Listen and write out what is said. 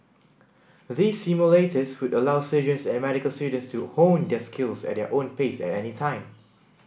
these simulators would allow surgeons and medical students to hone their skills at their own pace at any time